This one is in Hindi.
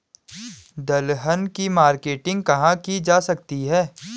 दलहन की मार्केटिंग कहाँ की जा सकती है?